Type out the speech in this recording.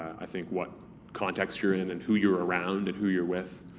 i think, what context you're in, and who you're around, and who you're with,